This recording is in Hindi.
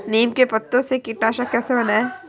नीम के पत्तों से कीटनाशक कैसे बनाएँ?